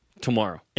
tomorrow